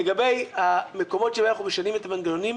לגבי המקומות שבהם אנחנו משנים את המנגנונים,